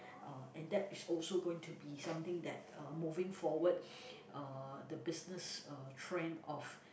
uh and that is also going to be something that uh moving forward uh the business uh trend of